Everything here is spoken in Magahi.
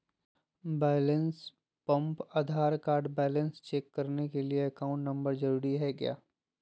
Balance pump Aadhaar card balance check करने के लिए अकाउंट नंबर जरूरी है क्या?